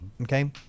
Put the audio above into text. Okay